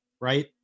Right